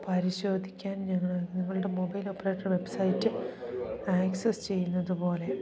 പരിശോധിക്കാൻ ഞങ്ങൾ നിങ്ങളുടെ മൊബൈൽ ഓപ്പറേറ്റർ വെബ്സൈറ്റ് ആക്സസ് ചെയ്യുന്നതുപോലെ